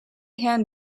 hand